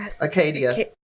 Acadia